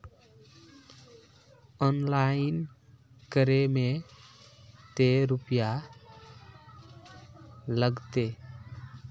Online करे में ते रुपया लगते?